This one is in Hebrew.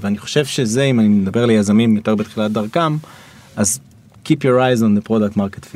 ואני חושב שזה אם אני מדבר ליזמים בעיקר מתחילת דרכם אז קיפי רייזון פרודקט מרקט פיט.